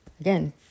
again